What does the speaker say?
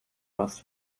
goss